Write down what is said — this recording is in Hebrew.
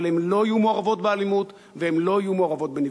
אבל הן לא יהיו מעורבות באלימות והן לא יהיו מעורבות בנפגעים.